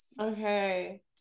Okay